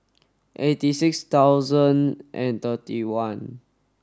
eighty six thousand and thirty one